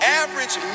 average